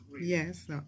yes